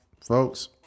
folks